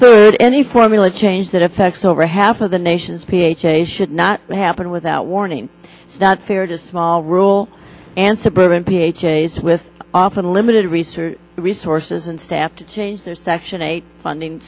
third any formula change that effects over half of the nation's p h a should not happen without warning not fair to small rural and suburban ph a's with often limited research resources and staff to change their section eight funding